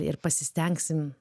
ir pasistengsim